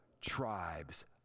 tribes